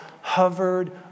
hovered